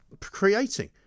creating